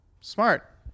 Smart